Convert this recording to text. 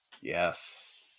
yes